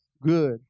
good